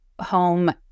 home